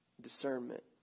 discernment